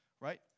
Right